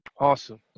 awesome